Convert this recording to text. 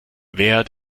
wer